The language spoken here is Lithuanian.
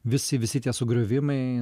visi visi tie sugriovimai